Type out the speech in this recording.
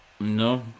No